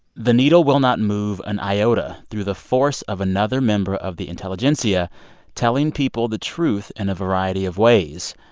the needle will not move an iota through the force of another member of the intelligentsia telling people the truth in a variety of ways,